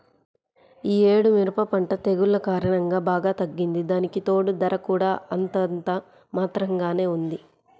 యీ యేడు మిరప పంట తెగుల్ల కారణంగా బాగా తగ్గింది, దానికితోడూ ధర కూడా అంతంత మాత్రంగానే ఉంది